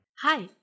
Hi